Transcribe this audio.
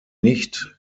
nicht